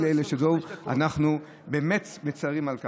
אנחנו באמת מצירים על כך.